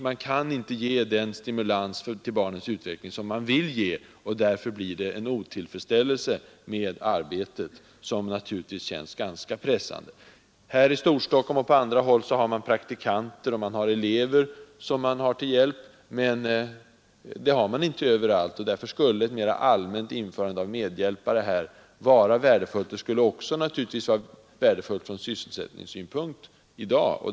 Man kan inte ge den stimulans till barnens utveckling som man vill, och därför känns arbetet otillfredsställande. Här i Storstockholm och på andra håll har man praktikanter och elever till hjälp, men det har man inte överallt. Därför skulle ett mera allmänt införande av medhjälpare vara värdefullt. Det skulle naturligtvis också vara bra från sysselsättningssynpunkt i dag.